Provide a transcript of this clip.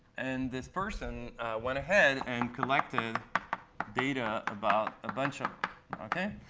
and this person went ahead and collected data about a bunch of